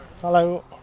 Hello